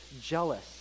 jealous